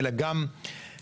אלא גם לנו,